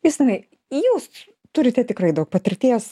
justinai jūs turite tikrai daug patirties